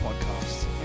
podcast